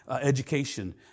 education